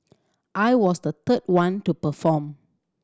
I was the third one to perform